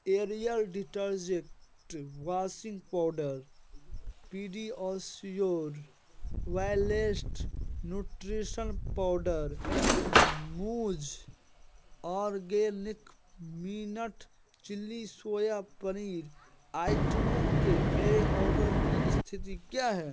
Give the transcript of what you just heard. aerial detergent washing powder PediaSure balanced nutrition powder Mooz organic mint chilli soya paneer आइटमों के मेरे order की स्थिति क्या है